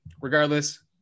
Regardless